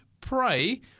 pray